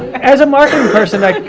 as a marketing person, like,